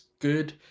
good